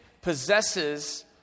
possesses